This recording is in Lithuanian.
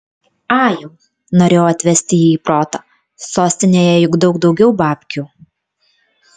ajau norėjau atvesti jį į protą sostinėje juk daug daugiau babkių